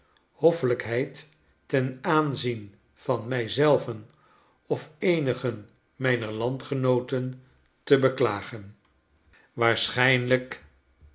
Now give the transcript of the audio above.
hoffelijkheid ten aanzien van mij zelven of eenigen mijner landgenooten te beklagen